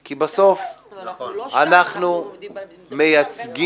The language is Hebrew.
אבל אנחנו לא שם --- כי בסוף אנחנו מייצגים